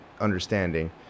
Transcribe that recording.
understanding